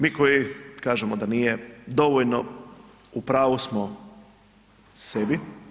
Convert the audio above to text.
Mi koji kažemo da nije dovoljno u pravu smo sebi.